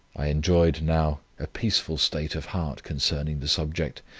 i enjoyed now a peaceful state of heart concerning the subject,